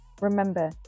Remember